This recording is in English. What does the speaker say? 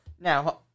Now